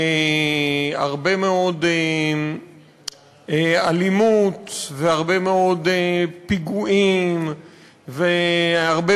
הרבה מאוד אלימות והרבה מאוד פיגועים והרבה